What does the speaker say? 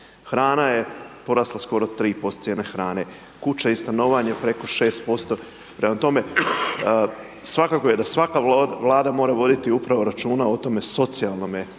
Hrana je porasla skoro 3% cijene hrane, kuća i stanovanje preko 6%. Prema tome, svakako je da svaka Vlada mora voditi upravo računa o tome socijalnome